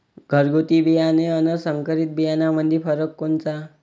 घरगुती बियाणे अन संकरीत बियाणामंदी फरक कोनचा?